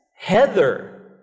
Heather